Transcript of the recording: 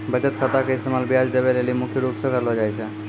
बचत खाता के इस्तेमाल ब्याज देवै लेली मुख्य रूप से करलो जाय छै